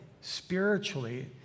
spiritually